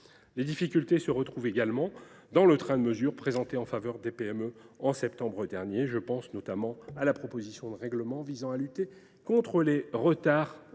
Les difficultés se retrouvent également dans le train de mesures présenté en faveur des PME en septembre dernier. Je pense notamment à la proposition de règlement visant à lutter contre les retards